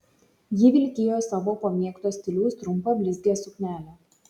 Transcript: ji vilkėjo savo pamėgto stiliaus trumpą blizgią suknelę